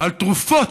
על תרופות.